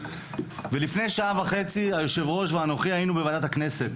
ולפני שעה וחצי יושב הראש ואנוכי היינו בוועדת הכנסת